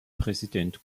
präsident